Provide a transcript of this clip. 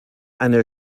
eine